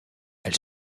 elle